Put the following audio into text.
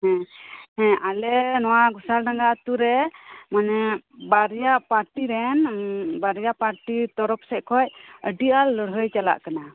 ᱦᱮᱸ ᱦᱮᱸ ᱟᱞᱮ ᱱᱚᱣᱟ ᱜᱷᱳᱥᱟᱞᱰᱟᱸᱜᱟ ᱟᱛᱩᱨᱮ ᱢᱟᱱᱮ ᱵᱟᱨᱭᱟ ᱯᱟᱴᱤᱨᱮᱱ ᱵᱟᱨᱭᱟ ᱯᱟᱴᱤ ᱛᱚᱨᱚᱯ ᱥᱮᱡ ᱠᱷᱚᱡ ᱟᱹᱰᱤ ᱟᱸᱴ ᱞᱟᱹᱲᱦᱟᱹᱭ ᱪᱟᱞᱟᱜ ᱠᱟᱱᱟ